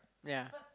yeah